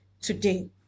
today